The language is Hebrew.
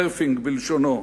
surfing בלשונו,